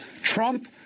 trump